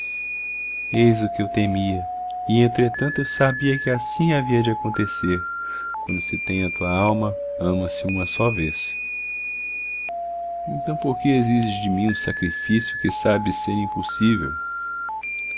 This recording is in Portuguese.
eis o que eu temia e entretanto eu sabia que assim havia de acontecer quando se tem a tua alma ama se uma só vez então por que exiges de mim um sacrifício que sabes ser impossível